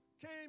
came